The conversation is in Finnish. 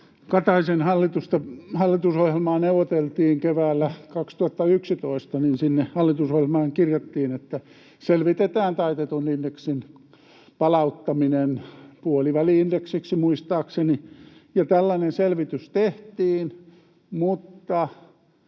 Kataisen hallitusohjelmaa neuvoteltiin keväällä 2011 ja sinne hallitusohjelmaan kirjattiin, että selvitetään taitetun indeksin palauttaminen, muistaakseni puoliväli-indeksiksi, ja tällainen selvitys tehtiin,